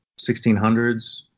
1600s